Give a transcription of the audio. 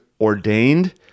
ordained